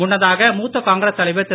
முன்னதாக மூத்த காங்கிரஸ் தலைவர் திரு